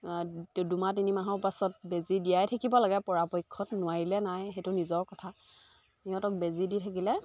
দুমাহ তিনিমাহৰ পাছত বেজী দিয়াই থাকিব লাগে পৰাপক্ষত নোৱাৰিলে নাই সেইটো নিজৰ কথা সিহঁতক বেজী দি থাকিলে